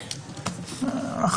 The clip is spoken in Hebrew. אתם בטח יודעים מה השאלה שלי.